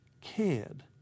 cared